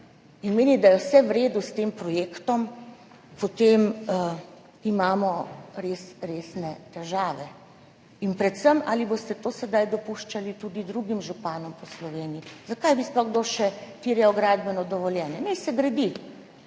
in meni, da je vse v redu s tem projektom, potem imamo resne težave. In predvsem, ali boste to sedaj dopuščali tudi drugim županom po Sloveniji? Zakaj bi sploh kdo še terjal gradbeno dovoljenje? Naj se gradi.